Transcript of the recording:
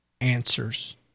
answers